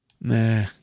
Nah